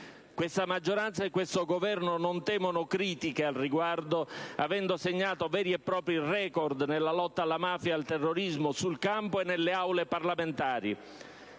Questa maggioranza e questo Governo non temono critiche al riguardo, avendo segnato veri e propri *record* nella lotta alla mafia e al terrorismo, sul campo e nelle Aule parlamentari.